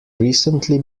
recently